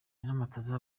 nyiramataza